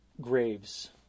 graves